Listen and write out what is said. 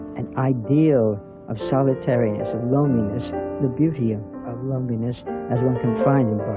an ideal of solitary-ness and loneliness the beauty and of loneliness as one can find